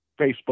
Facebook